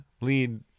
lead